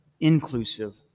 Inclusive